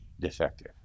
defective